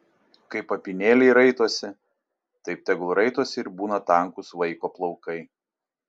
kaip apynėliai raitosi taip tegul raitosi ir būna tankūs vaiko plaukai